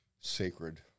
sacred